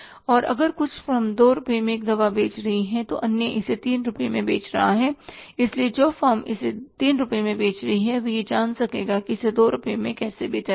और अगर कुछ फर्म 2 रुपये में एक दवा बेच रही है तो अन्य इसे 3 रुपये में बेच रहा है इसलिए जो फॉर्म इसे 3 रुपये में बेच रहा है वह यह जान सकेगा कि इसे 2 रुपये में कैसे बेचा जाए